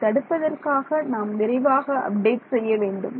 அதை தடுப்பதற்காக நாம் விரைவாக அப்டேட் செய்ய வேண்டும்